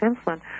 insulin